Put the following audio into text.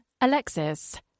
Alexis